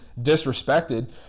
disrespected